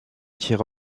tiers